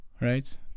right